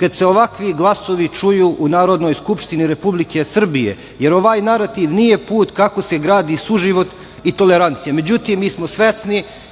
kada se ovakvi glasovi čuju u Narodnoj skupštini Republike Srbije, jer ovaj narativ nije put kako se gradi suživot i tolerancija.